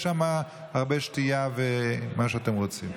החוצה, יש שם הרבה שתייה ומה שאתם רוצים.